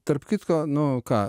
tarp kitko nu ką